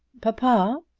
papa,